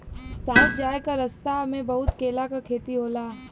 south जाए क रस्ता में बहुत केला क खेती होला